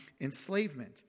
enslavement